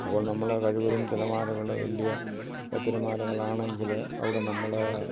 അപ്പോൾ നമ്മൾ കഴിവതും തിരമാലകൾ വലിയ തിരമാലകൾ ആണെങ്കിൽ അവിടെ നമ്മൾ